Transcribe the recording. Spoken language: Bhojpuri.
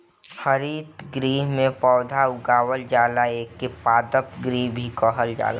हरितगृह में पौधा उगावल जाला एके पादप गृह भी कहल जाला